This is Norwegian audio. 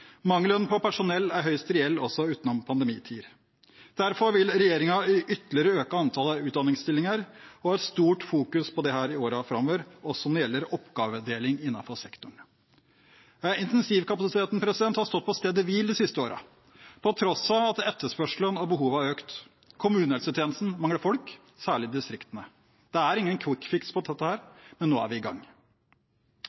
Mangelen på personell er høyst reell også utenom pandemitider. Derfor vil regjeringen ytterligere øke antallet utdanningsstillinger og i stor grad fokusere på dette i årene framover, også når det gjelder oppgavedeling innenfor sektorene. Intensivkapasiteten har stått på stedet hvil de siste årene på tross av at etterspørselen og behovet har økt. Kommunehelsetjenesten mangler folk, særlig i distriktene. Det er ingen kvikkfiks på dette, men nå er vi i gang. 700 mill. kr her,